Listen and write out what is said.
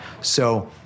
So-